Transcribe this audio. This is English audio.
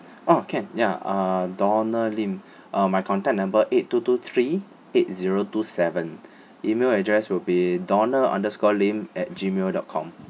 orh can ya uh donald lim uh my contact number eight two two three eight zero two seven email address will be donald underscore lim at G mail dot com